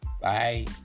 Bye